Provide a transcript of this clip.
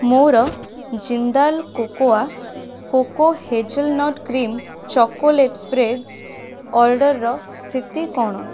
ମୋର Jindal cocoa coco hazelnut cream chocolate spreads ଅର୍ଡ଼ର୍ର ସ୍ଥିତି କ'ଣ